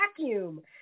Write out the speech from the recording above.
vacuum